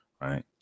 Right